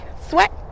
sweat